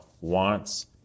wants